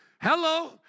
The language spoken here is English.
Hello